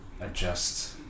adjust